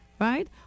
Right